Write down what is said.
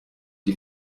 die